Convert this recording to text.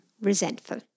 resentful